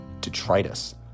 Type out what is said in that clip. detritus